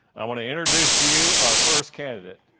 i want to introduce to you our first candidate,